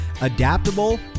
Adaptable